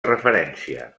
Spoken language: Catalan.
referència